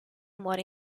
muore